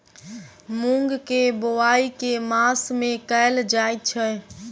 मूँग केँ बोवाई केँ मास मे कैल जाएँ छैय?